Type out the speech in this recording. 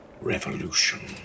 revolution